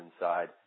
inside